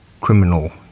criminal